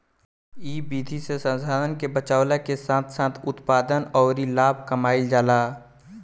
इ विधि से संसाधन के बचावला के साथ साथ उत्पादन अउरी लाभ कमाईल जाला